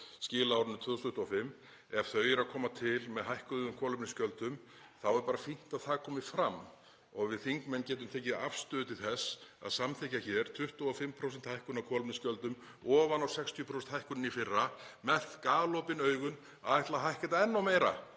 skila á árinu 2025 — ef þau eru að koma til með hækkuðum kolefnisgjöldum þá er bara fínt að það komi fram og við þingmenn getum tekið afstöðu til þess að samþykkja hér 25% hækkun á kolefnisgjöldum ofan á 60% hækkunina í fyrra með galopin augun um að ætla að hækka þetta enn meira